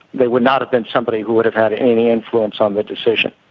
they would not have been somebody who would have had any influence on the decision.